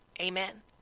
Amen